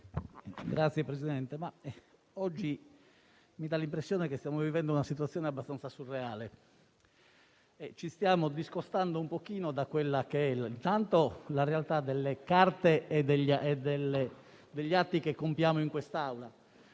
Signor Presidente, oggi ho l'impressione che stiamo vivendo una situazione abbastanza surreale. Ci stiamo discostando un pochino dalla realtà delle carte e degli atti che compiamo in quest'Aula,